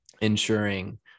ensuring